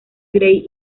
grey